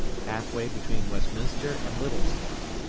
half way between westminster and littlestown.